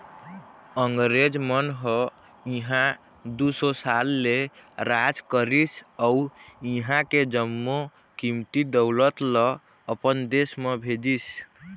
अंगरेज मन ह इहां दू सौ साल ले राज करिस अउ इहां के जम्मो कीमती दउलत ल अपन देश म भेजिस